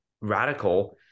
radical